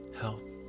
health